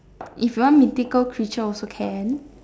if you want to take out creature also can